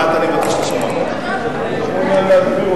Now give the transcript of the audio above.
אני מבקש לשמוע את ההערה.